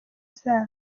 zabo